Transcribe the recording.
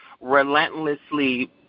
relentlessly